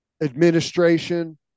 administration